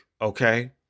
Okay